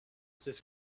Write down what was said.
this